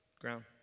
ground